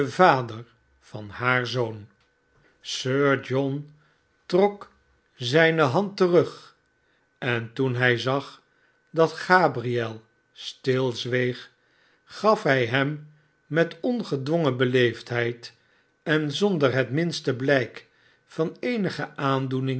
vader van haar zoon sir john trok zijne hand terug en toen hij zag dat gabriel stilizweeg gaf hij hem met ongedwongen beleefdheid en zonder het minste blijk van eenige aandoening